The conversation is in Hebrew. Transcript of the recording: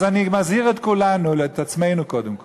אז אני מזהיר את כולנו, את עצמנו קודם כול,